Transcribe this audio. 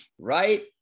right